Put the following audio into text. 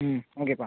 ம் ஓகேப்பா